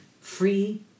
Free